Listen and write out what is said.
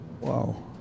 Wow